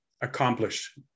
accomplish